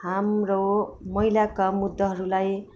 हाम्रो महिलाका मुद्दाहरूलाई